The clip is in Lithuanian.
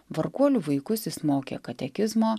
varguolių vaikus jis mokė katekizmo